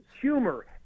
humor